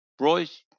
Royce